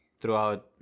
throughout